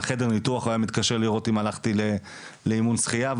מהחדר ניתוח הוא היה מתקשר לראות אם הלכתי לאימון שחייה.